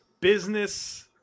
Business